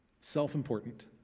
self-important